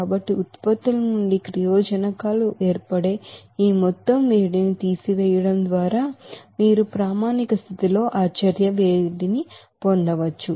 కాబట్టి ఉత్పత్తుల నుండి రియాక్టన్స్లు ఏర్పడే ఈ మొత్తం వేడిని తీసివేయడం ద్వారా మీరు స్టాండర్డ్ కండిషన్ లో ఆ హీట్ అఫ్ రియాక్షన్ పొందవచ్చు